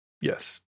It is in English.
yes